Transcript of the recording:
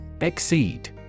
Exceed